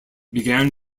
began